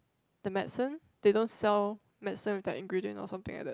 the medicine they don't sell medicine with their ingredient or something like that